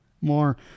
more